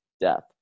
death